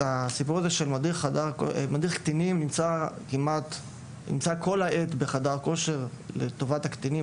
מדריך קטינים נמצא כל העת בחדר כושר לטובת הקטינים.